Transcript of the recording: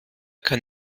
kann